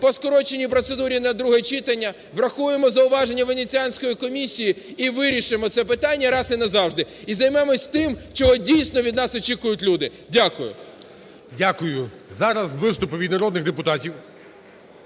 по скороченій процедурі на друге читання, врахуємо зауваження Венеціанської комісії, і вирішимо це питання раз і назавжди. І займемось тим, чого дійсно від нас люди. Дякую. ГОЛОВУЮЧИЙ. Дякую. Зараз виступи від народних депутатів.